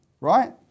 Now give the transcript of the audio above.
right